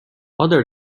other